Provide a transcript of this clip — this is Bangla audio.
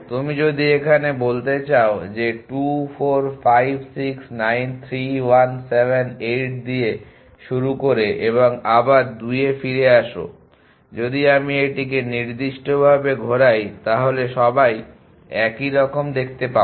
তুমি যদি এখানে বলতে চাও যে 2 4 5 6 9 3 1 7 8 দিয়ে শুরু করে এবং আবার 2 এ ফিরে আসো যদি আমি এটিকে নির্দিষ্টভাবে ঘোরায় তাহলে সবাই একইরকম দেখতে পাবে